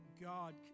God